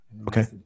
Okay